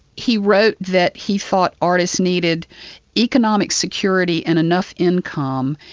he wrote that he thought artists needed economic security and enough income,